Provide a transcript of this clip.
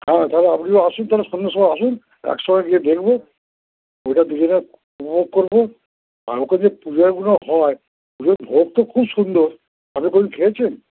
হ্যাঁ তাহলে আপনিও আসুন তাহলে সন্ধ্যের সময় আসুন একসঙ্গে গিয়ে দেখবো ওইটা দুজনে উপভোগ করবো আর ওইখানে যে যে পূজোগুলো হয় পুজোর ভোগ তো খুব সুন্দর আপনি খেয়েছেন